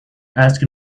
asked